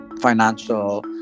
financial